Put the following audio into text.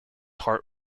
hart